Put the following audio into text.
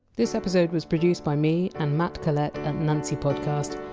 this episode was produced by me and matt collette at nancy podcast.